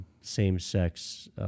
same-sex